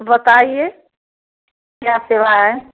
बताइए क्या सेवा है